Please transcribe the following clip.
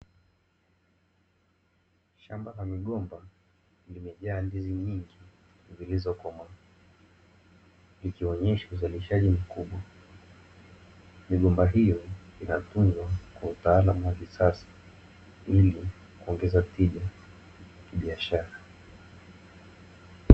Shamba la migomba limejaa ndizi nyingi zilizo komaa zikionyesha uzalishaji mkubwa, migomba hiyo inatunzwa kwa utaalamu wa kisasa ili kuongeza tija kibishara.